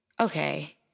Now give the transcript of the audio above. okay